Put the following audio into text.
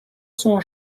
sont